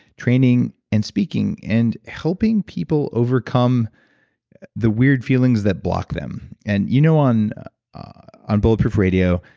training and speaking and helping people overcome the weird feelings that block them. and you know on on bulletproof radio,